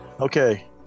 Okay